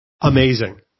amazing